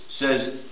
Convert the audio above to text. says